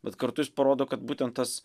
bet kartu jis parodo kad būtent tas